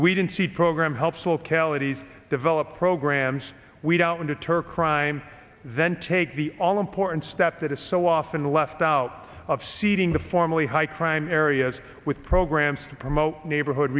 we didn't see program helps localities develop programs we don't deter crime then take the all important step that is so often left out of seeding the formally high crime areas with programs to promote neighborhood